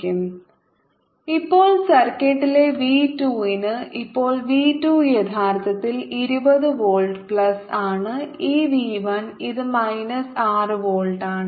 At R→∞ V1 6010 6V ഇപ്പോൾ സർക്യൂട്ടിലെ v 2 ന് ഇപ്പോൾ v 2 യഥാർത്ഥത്തിൽ 20 വോൾട്ട് പ്ലസ് ആണ് ഈ V 1 ഇത് മൈനസ് 6 വോൾട്ട് ആണ്